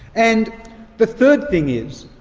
and the third thing is,